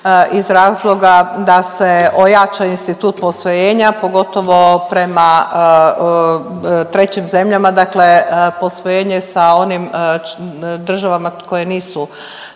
iz razloga da se ojača institut posvojenja, pogotovo prema trećim zemljama, dakle posvojenje sa onim državama koje nisu